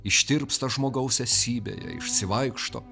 ištirpsta žmogaus esybėje išsivaikšto